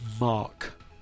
Mark